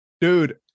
dude